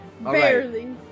Barely